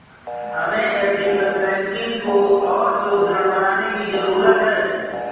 हमें ethical banking को और सुदृढ़ बनाने की जरूरत है